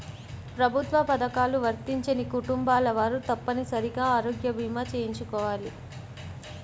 ప్రభుత్వ పథకాలు వర్తించని కుటుంబాల వారు తప్పనిసరిగా ఆరోగ్య భీమా చేయించుకోవాలి